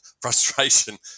frustration